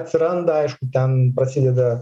atsiranda aišku ten prasideda